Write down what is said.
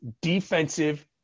defensive